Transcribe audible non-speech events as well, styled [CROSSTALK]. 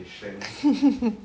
[LAUGHS]